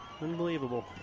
Unbelievable